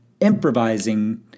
improvising